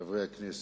חברי הכנסת,